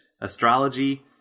astrology